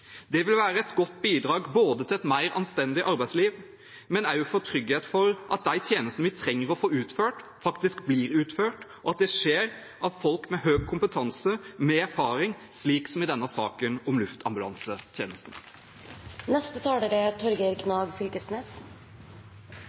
Det vil være et godt bidrag både til et mer anstendig arbeidsliv og til å få trygghet for at de tjenestene vi trenger å få utført, faktisk blir utført, og at det skjer av folk med høy kompetanse, med erfaring – slik som i denne saken om